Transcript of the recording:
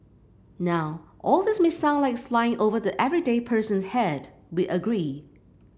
now all this may sound like it's flying over the everyday person's head we agree